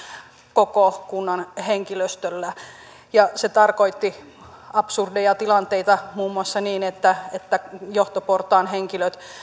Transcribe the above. koko kunnan henkilöstöllä se tarkoitti absurdeja tilanteita muun muassa niin että että johtoportaan henkilöt